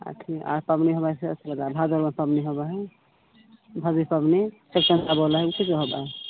अथी आर पाबनि होबऽ हइ से भादोमे पाबनि होबऽ हइ घड़ी पाबनि